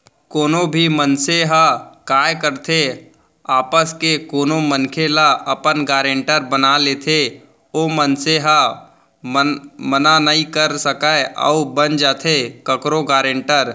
कोनो भी मनसे ह काय करथे आपस के कोनो मनखे ल अपन गारेंटर बना लेथे ओ मनसे ह मना नइ कर सकय अउ बन जाथे कखरो गारेंटर